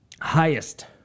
highest